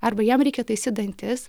arba jam reikia taisyt dantis